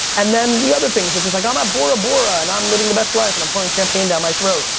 and then the other things which is like, i'm at bora bora and i'm living the best life and i'm pouring champagne down my throat.